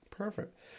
Perfect